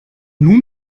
nun